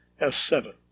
S7